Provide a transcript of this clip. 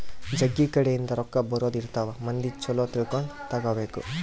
ಜಗ್ಗಿ ಕಡೆ ಇಂದ ರೊಕ್ಕ ಬರೋದ ಇರ್ತವ ಮಂದಿ ಚೊಲೊ ತಿಳ್ಕೊಂಡ ತಗಾಬೇಕು